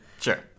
Sure